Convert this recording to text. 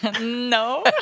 No